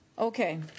Okay